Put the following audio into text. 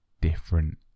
different